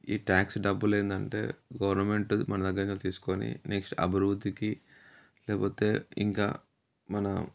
ఈ ట్యాక్స్ డబ్బులేందంటే గవర్నమెంట్దు మనదగ్గర తీసుకొని నెక్స్ట్ అభివృద్ధికి లేకపోతే ఇంకా మన